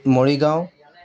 Morigaon